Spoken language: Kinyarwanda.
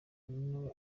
ananiwe